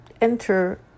enter